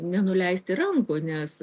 nenuleisti rankų nes